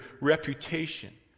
reputation